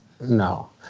no